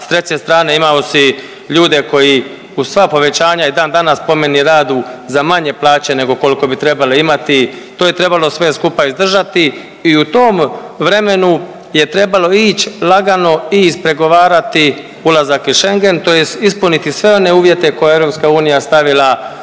s treće strane imao si ljude koji uz sva povećanja i dan danas po meni radu za manje plaće nego kolko bi trebale imati. To je trebalo sve skupa izdržati i u tom vremenu je trebalo ić lagano i ispregovarati ulazak u Schengen tj. ispuniti sve one uvjete koje je EU stavila na